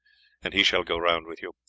and he shall go round with you.